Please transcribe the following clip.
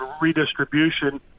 redistribution